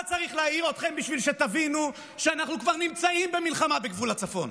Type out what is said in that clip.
מה צריך להעיר אתכם כדי שתבינו שאנחנו כבר נמצאים במלחמה בגבול הצפון.